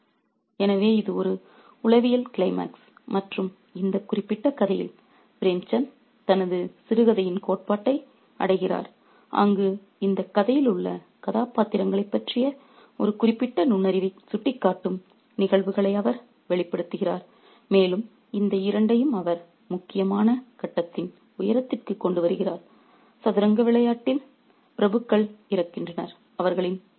refer slide time 5528 எனவே இது ஒரு உளவியல் க்ளைமாக்ஸ் மற்றும் இந்த குறிப்பிட்ட கதையில் பிரேம்சந்த் தனது சிறுகதையின் கோட்பாட்டை அடைகிறார் அங்கு இந்த கதையில் உள்ள கதாபாத்திரங்களைப் பற்றிய ஒரு குறிப்பிட்ட நுண்ணறிவை சுட்டிக்காட்டும் நிகழ்வுகளை அவர் வெளிப்படுத்துகிறார் மேலும் இந்த இரண்டையும் அவர் முக்கியமான கட்டத்தின் உயரத்திற்கு கொண்டு வருகிறார் சதுரங்க விளையாட்டில் பிரபுக்கள் இறக்கின்றனர்